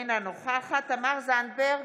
אינה נוכחת תמר זנדברג?